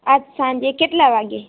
આજે સાંજે કેટલા વાગ્યે